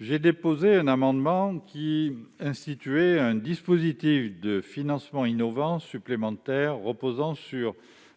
J'ai déposé un amendement visant à instituer un dispositif de financement innovant supplémentaire reposant sur